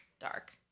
dark